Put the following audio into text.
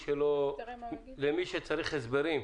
למי שצריך הסברים,